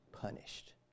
punished